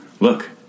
Look